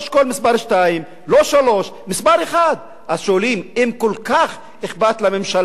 לא אשכול מס' 2 ולא 3 אלא מס' 1. אז שואלים: אם כל כך אכפת לממשלה,